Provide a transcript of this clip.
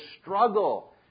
struggle